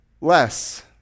less